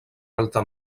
alta